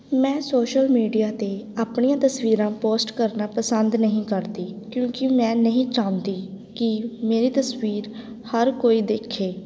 ਮੈਂ social media 'ਤੇ ਆਪਣੀਆਂ ਤਸਵੀਰਾਂ ਪੋਸਟ ਕਰਨਾ ਪਸੰਦ ਨਹੀਂ ਕਰਦੀ ਕਿਉਂਕਿ ਮੈਂ ਨਹੀਂ ਚਾਹੁੰਦੀ ਕੀ ਮੇਰੀ ਤਸਵੀਰ ਹਰ ਕੋਈ ਦੇਖੇ